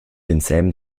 denselben